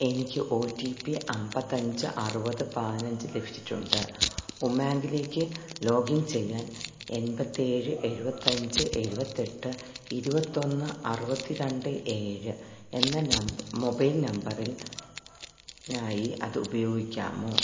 എനിക്ക് ഓ T P അൻപത്തഞ്ച് അറുപത് പാനഞ്ച് ലഭിച്ചിട്ടുണ്ട് ഉമാങ്കിലേക്കു ലോഗ് ഇൻ ചെയ്യാൻ എന്പത്തേഴ് എഴുപത്തഞ്ച് എഴുപത്തെട്ട് ഇരുപത്തൊന്ന് അറുപത്തി രണ്ട് ഏഴ് എന്ന നംബ് മൊബൈൽ നമ്പറില് നായി അത് ഉപയോഗിക്കാമോ